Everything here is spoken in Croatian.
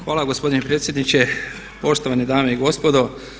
Hvala gospodine predsjedniče, poštovane dame i gospodo.